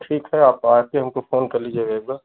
ठीक है आप आकर हमको फ़ोन कर लीजिएगा एक बार